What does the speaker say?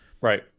Right